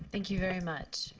thank you very much.